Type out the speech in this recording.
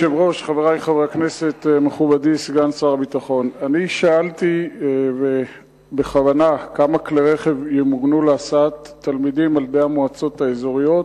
1. כמה כלי רכב ימוגנו להסעת תלמידים על-ידי המועצות האזוריות?